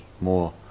more